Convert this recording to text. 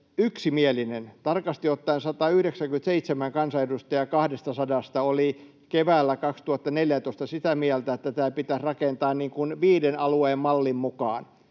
yksimielinen. Tarkasti ottaen 197 kansanedustajaa 200:sta oli keväällä 2014 sitä mieltä, että tämä pitäisi rakentaa viiden alueen mallin mukaan.